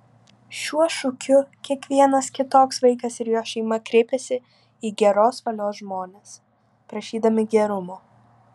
šiuo šūkiu kiekvienas kitoks vaikas ir jo šeima kreipiasi į geros valios žmones prašydami gerumo